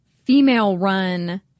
female-run